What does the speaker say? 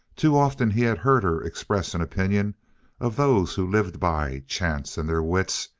too often he had heard her express an opinion of those who lived by chance and their wits,